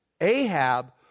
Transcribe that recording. Ahab